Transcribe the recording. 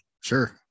sure